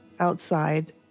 Outside